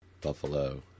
Buffalo